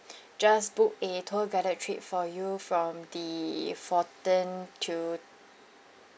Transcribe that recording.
just book a tour guided trip for you from the fourteen to